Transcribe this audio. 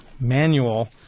manual